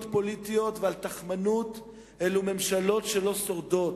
פוליטיות ועל תכמנות אלו ממשלות שלא שורדות.